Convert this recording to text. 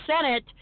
senate